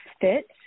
fit